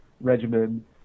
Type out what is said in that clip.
regimen